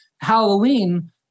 Halloween